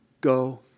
go